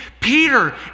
Peter